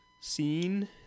scene